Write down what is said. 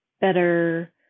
better